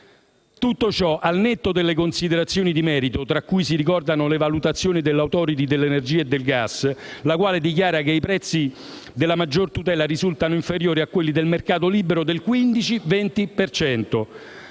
Tutto ciò al netto delle considerazioni di merito, tra cui si ricordano le valutazioni dell'*Authority* dell'energia e del gas, la quale dichiara che i prezzi della maggior tutela risultano inferiori a quelli del mercato libero del 15-20